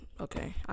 okay